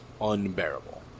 unbearable